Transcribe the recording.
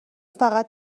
فقط